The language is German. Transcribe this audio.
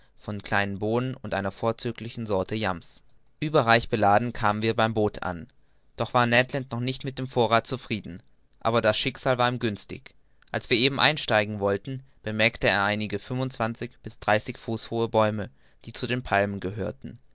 von kleinen bohnen und einer vorzüglichen sorte yams ueberreich beladen kamen wir beim boot an doch war ned land noch nicht mit dem vorrath zufrieden aber das schicksal war ihm günstig als wir eben einsteigen wollten bemerkte er einige fünfundzwanzig bis dreißig fuß hohe bäume die zu den palmen gehörten